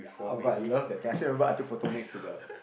oh but I love that thing I still remember I took photo next to the